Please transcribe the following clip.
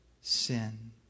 sin